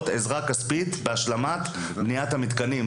עזרה כספית בהשלמת בניית המתקנים.